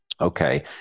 okay